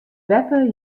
beppe